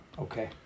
Okay